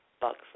bucks